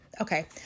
Okay